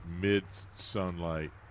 mid-sunlight